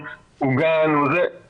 שעומדת בדרישות האישור הראשוני של חוק הפיקוח,